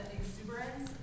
exuberance